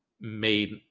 made